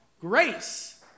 grace